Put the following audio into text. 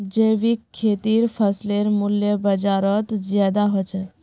जैविक खेतीर फसलेर मूल्य बजारोत ज्यादा होचे